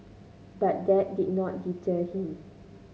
but that did not deter him